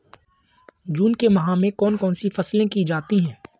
जून के माह में कौन कौन सी फसलें की जाती हैं?